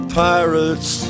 pirates